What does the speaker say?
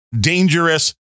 dangerous